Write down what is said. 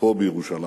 פה בירושלים.